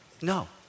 No